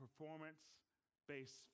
performance-based